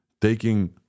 taking